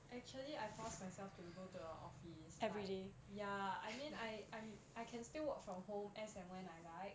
actually I forced myself to go to the office but ya I mean I I can still work from home as and when I like